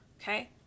Okay